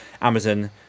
Amazon